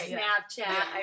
Snapchat